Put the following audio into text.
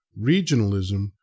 regionalism